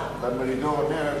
הנה השר.